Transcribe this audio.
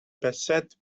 bassett